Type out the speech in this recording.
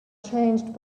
changed